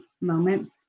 moments